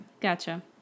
Gotcha